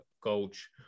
coach